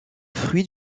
fruit